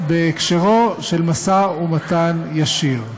בהקשרו של משא-ומתן ישיר.